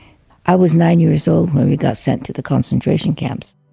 i was nine years old when we got sent to the concentration camps